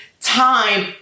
time